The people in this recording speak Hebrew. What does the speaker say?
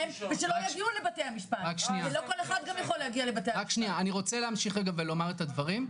רגע להמשיך ולומר את הדברים,